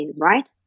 right